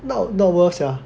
not not worth sia